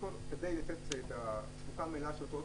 כדי לתת את התפוסה המלאה של כל אוטובוס,